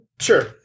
Sure